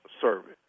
service